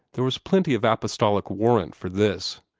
there was plenty of apostolic warrant for this.